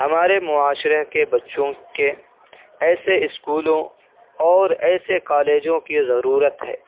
ہمارے معاشرے کے بچوں کے ایسے اسکولوں اور ایسے کالجوں کی ضرورت ہے